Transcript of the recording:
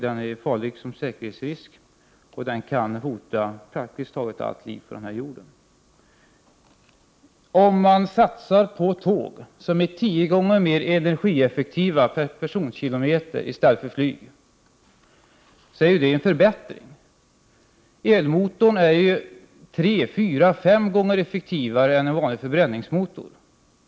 Den är farlig som en säkerhetsrisk och den kan hota praktiskt taget allt liv på denna jord. Om man satsar på tåg, som är tio gånger mer energieffektiva per personkilometer, i stället för flyg, är det en förbättring. Elmotorn är tre fyra fem gånger effektivare än en vanlig förbränningsmotor.